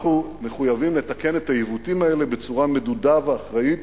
אנחנו מחויבים לתקן את העיוותים האלה בצורה מדודה ואחראית,